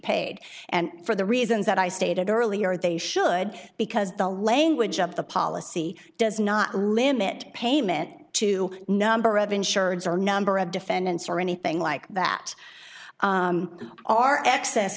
paid and for the reasons that i stated earlier they should because the language of the policy does not limit payment to number of insureds or number of defendants or anything like that are excess